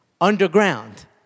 underground